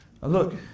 look